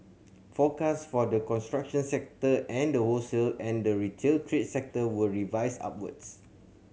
forecast for the construction sector and the wholesale and the retail trade sector were revised upwards